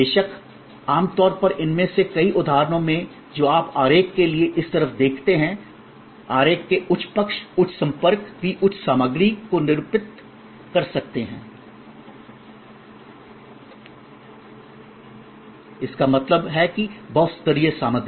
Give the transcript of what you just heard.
बेशक आमतौर पर इनमें से कई उदाहरणों में जो आप आरेख के इस तरफ देखते हैं आरेख के उच्च पक्ष उच्च संपर्क भी उच्च सामग्री को निरूपित कर सकते हैं इसका मतलब है कि बहुस्तरीय सामग्री